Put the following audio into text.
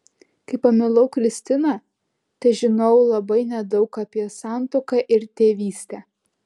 kai pamilau kristiną težinojau labai nedaug apie santuoką ir tėvystę